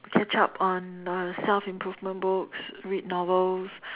catch up on uh self improvement books read novels